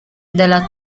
della